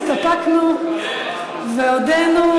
הסתפקנו והודינו,